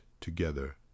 together